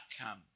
outcome